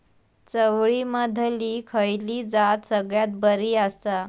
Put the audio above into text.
चवळीमधली खयली जात सगळ्यात बरी आसा?